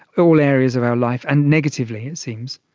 all areas of our life, and negatively it seems.